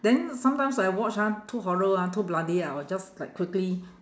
then sometimes I watch ah too horror ah too bloody ah I will just like quickly